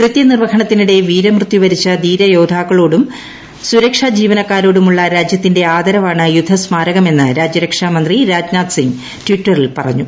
കൃത്യനിർവ്വഹണത്തിനിടെ ധീരയോധാക്കളോടും വീരമൃത്യുവരിച്ച സുരക്ഷാ ജീവനക്കാരോടുമുള്ള രാജ്യത്തിന്റെ ആദരവാണ് യുദ്ധസ്മാരകമെന്ന് രാജ്യരക്ഷാ മന്ത്രി രാജ്നാഥ് സിംഗ് ട്വിറ്ററിൽ പറഞ്ഞു